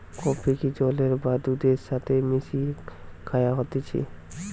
কফিকে জলের বা দুধের সাথে মিশিয়ে খায়া হতিছে